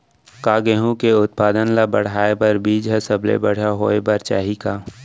का गेहूँ के उत्पादन का बढ़ाये बर बीज ह सबले बढ़िया होय बर चाही का?